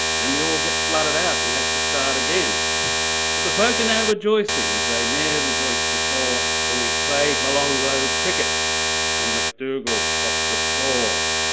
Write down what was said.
then we all get flooded out and have to start again. but the folk are now rejoicing as they near rejoice before for we've played along though cricket and mcdougal topped the score.